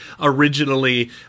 originally